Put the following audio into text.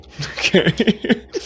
okay